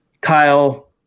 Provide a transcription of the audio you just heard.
Kyle –